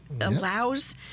allows